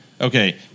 Okay